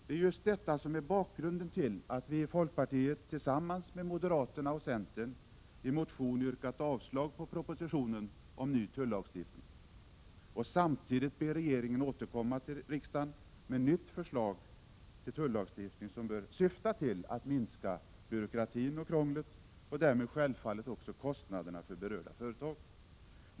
Det är också just detta som är bakgrunden till att vi i folkpartiet tillsammans med moderaterna och centern i en motion har yrkat avslag på propositionen om ny tullagstiftning och samtidigt ber regeringen återkomma till riksdagen med ett nytt förslag till tullagstiftning, som bör syfta till att minska byråkratin och krånglet och därmed självfallet också kostnaderna för berörda företag.